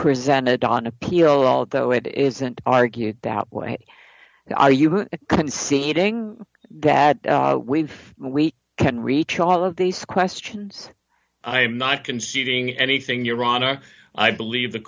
presented on appeal although it isn't argued that way conceding that we can reach all of these questions i am not conceding anything your honor i believe the